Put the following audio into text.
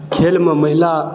खेलमे महिला